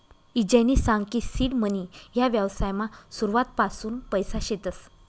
ईजयनी सांग की सीड मनी ह्या व्यवसायमा सुरुवातपासून पैसा शेतस